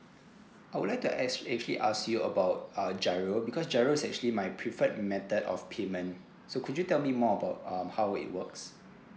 I would like to ask actually ask you about uh G_I_R_O because G_I_R_O is actually my preferred method of payment so could you tell me more about um how it works